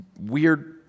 weird